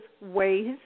ways